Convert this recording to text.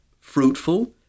fruitful